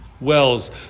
wells